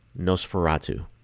Nosferatu